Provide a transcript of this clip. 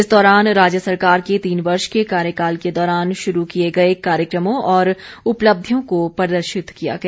इस दौरान राज्य सरकार के तीन वर्ष के कार्यकाल के दौरान शुरू किए गए कार्यक्रमों और उपलब्धियों को प्रदर्शित किया गया